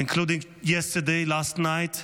including yesterday last night,